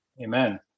Amen